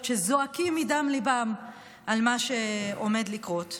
שזועקים מדם ליבם על מה שעומד לקרות.